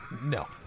No